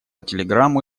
телеграмму